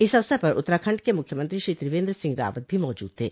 इस अवसर पर उत्तराखण्ड के मुख्यमंत्री श्री त्रिवेंद्र सिंह रावत भी मौजूद थे